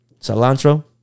cilantro